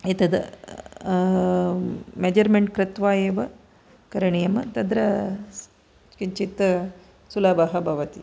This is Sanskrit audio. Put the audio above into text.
एतद् मेजर्मेण्ट् कृत्वा एव करणीयं तत्र किञ्चित् सुलभः भवति